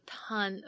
ton